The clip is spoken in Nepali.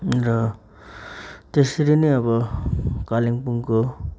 र त्यसरी नै अब कालिम्पोङको